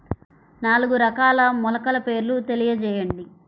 నాలుగు రకాల మొలకల పేర్లు తెలియజేయండి?